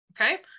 Okay